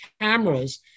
cameras